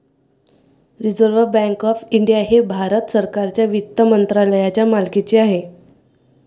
reserve bank of India हे भारत सरकारच्या वित्त मंत्रालयाच्या मालकीचे आहे